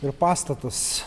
ir pastatas